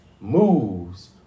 moves